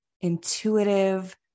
intuitive